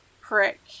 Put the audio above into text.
prick